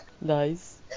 Nice